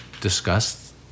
discussed